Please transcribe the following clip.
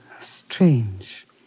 Strange